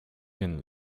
been